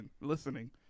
listening